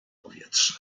powietrze